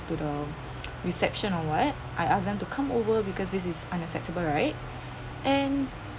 to the reception or what I asked them to come over because this is unacceptable right and